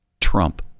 Trump